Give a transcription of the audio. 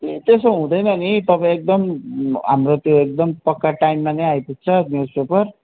ए त्यसो हुँदैन नि तपाईँ एकदम हाम्रो त्यो एकदम पक्का टाइम नै आइपुग्छ न्युज पेपर